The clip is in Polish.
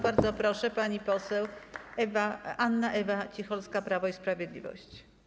Bardzo proszę, pani poseł Anna Ewa Cicholska, Prawo i Sprawiedliwość.